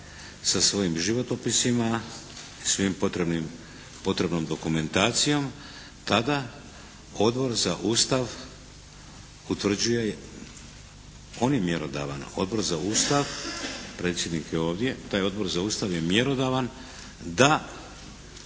sa svojim životopisima, svom potrebnom dokumentacijom tada Odbor za Ustav utvrđuje, on je mjerodavan Odbor za Ustav, predsjednik je ovdje. Taj Odbor za Ustav je mjerodavan da